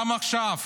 גם עכשיו